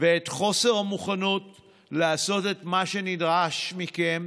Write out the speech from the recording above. ואת חוסר המוכנות לעשות את מה שנדרש מכם,